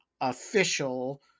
official